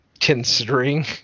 considering